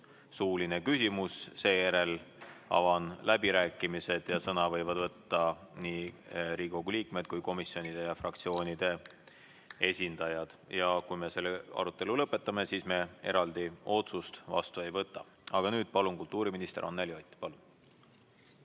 suuline küsimus. Seejärel avan läbirääkimised ja sõna võivad võtta nii Riigikogu liikmed kui ka komisjonide ja fraktsioonide esindajad. Kui me selle arutelu lõpetame, siis me eraldi otsust vastu ei võta. Aga nüüd palun, kultuuriminister Anneli Ott! Saame